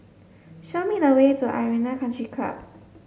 show me the way to Arena Country Club